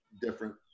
different